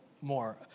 more